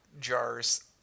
jars